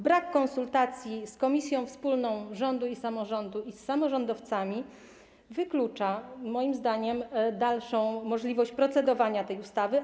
Brak konsultacji z komisją wspólną rządu i samorządu i z samorządowcami wyklucza, moim zdaniem, dalszą możliwość procedowania nad tą ustawą.